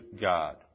God